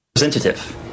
...representative